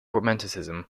romanticism